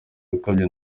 gukabya